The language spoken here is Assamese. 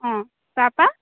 অঁ তাৰ পৰা